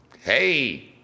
hey